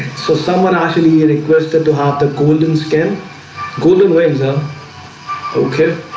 so someone actually requested to have the golden scan golden waves up okay